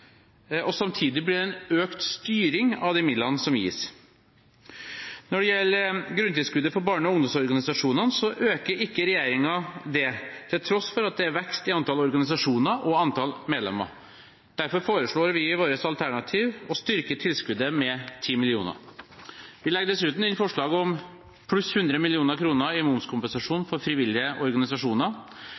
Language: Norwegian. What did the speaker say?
og samtidig ble det en økt styring av de midlene som gis. Når det gjelder grunntilskuddet for barne- og ungdomsorganisasjonene, øker ikke regjeringen det, til tross for at det er vekst i antall organisasjoner og i antall medlemmer. Derfor foreslår vi i vårt alternativ å styrke tilskuddet med 10 mill. kr. Vi legger dessuten inn forslag om pluss 100 mill. kr i momskompensasjon for frivillige organisasjoner,